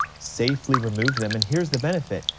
safely remove them, and here's the benefit,